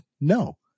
no